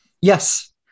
Yes